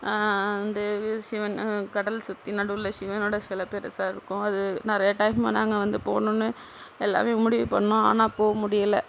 அந்த சிவன் கடல் சுற்றி நடுவில் சிவனோடய சிலை பெருசாக இருக்கும் அது நிறையா டைம் நாங்கள் வந்து போகனும்னு எல்லாமே முடிவு பண்ணோம் ஆனால் போக முடியலை